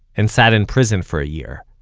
and sat in prison for a year.